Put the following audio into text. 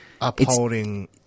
upholding